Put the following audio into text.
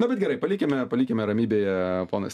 nu bet gerai palikime palikime ramybėje ponas